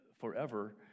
forever